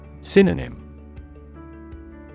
Synonym